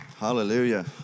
Hallelujah